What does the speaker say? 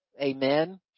Amen